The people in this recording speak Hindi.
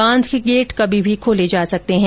बांध के गेट कभी भी खोले जा सकते हैं